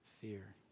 fear